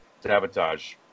sabotage